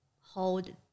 hold